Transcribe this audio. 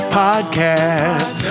podcast